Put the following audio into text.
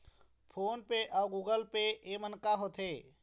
Phone पे अउ Google Pay येमन का होते?